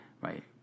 right